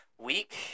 week